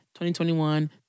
2021